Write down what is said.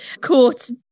court's